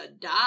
die